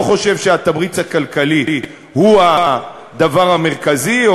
לא חושב שהתמריץ הכלכלי הוא הדבר המרכזי,